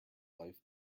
life